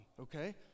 okay